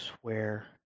swear